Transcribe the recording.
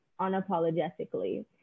unapologetically